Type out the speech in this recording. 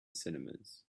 cinemas